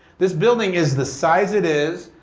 this building is the size it is,